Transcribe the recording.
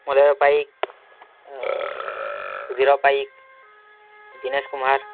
Malay Paik Sudhir Paik Dinesh Kumbhar